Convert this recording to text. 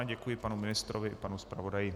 Děkuji panu ministrovi i panu zpravodaji.